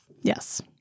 Yes